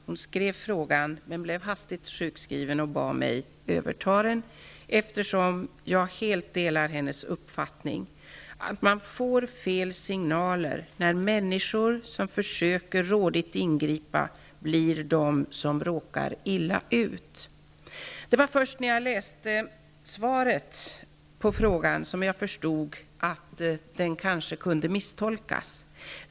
Hon skrev frågan men blev hastigt sjukskriven och bad mig överta den, eftersom jag helt delar hennes uppfattning att man får fel signaler när människor som försöker ingripa rådigt blir de som råkar illa ut. Det var först när jag läste svaret på frågan som jag förstod att den kanske kunde misstolkas.